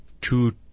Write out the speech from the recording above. two